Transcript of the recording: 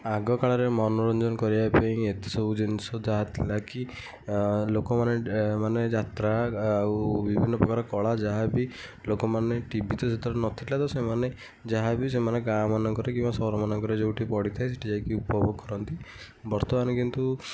ଆଗ କାଳରେ ମନୋରଞ୍ଜନ କରିଆ ପାଇଁ ଏତେ ସବୁ ଜିନିଷ ଯାହାଥିଲା କି ଲୋକମାନେ ମାନେ ଯାତ୍ରା ଆଉ ବିଭିନ୍ନ ପ୍ରକାର କଳା ଯାହା ବି ଲୋକମାନେ ଟିଭି ତ ସେତେବେଳେ ନଥିଲା ତ ସେମାନେ ଯାହା ବି ସେମାନେ ଗାଁ'ମାନଙ୍କରେ କିମ୍ବା ସହର ମାନଙ୍କରେ ଯେଉଁଠି ପଡ଼ିଥାଏ ସେଠି ଯାଇକି ଉପଭୋଗ କରନ୍ତି ବର୍ତ୍ତମାନ କିନ୍ତୁ